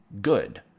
good